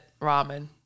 Ramen